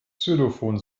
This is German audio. xylophon